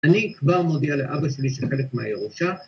‫אני כבר מודיע לאבא שלי ‫שחלק מהירושה...